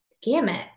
gamut